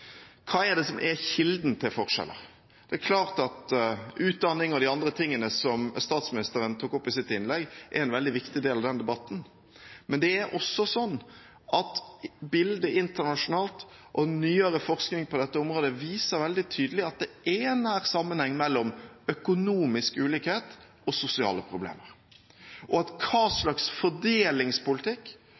Hva er det som er kilden til forskjeller? Det er klart at utdanning og de andre tingene som statsministeren tok opp i sitt innlegg, er en veldig viktig del av denne debatten. Men det er også sånn at bildet internasjonalt og nyere forskning på dette området viser veldig tydelig at det er en nær sammenheng mellom økonomisk ulikhet og sosiale problemer, og at hva slags fordelingspolitikk,